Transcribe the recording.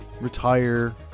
retire